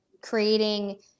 creating